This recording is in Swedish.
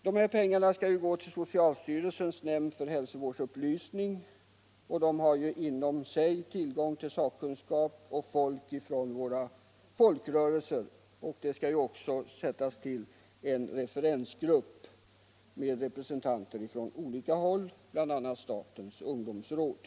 Dessa pengar skall gå till socialstyrelsens nämdn för hälsovårdsupplysning, som inom sig har tillgång till sakkunskap och representanter för våra folkrörelser. En referensgrupp skall också tillsättas med representanter från olika håll, bl.a. från statens ungdomsråd.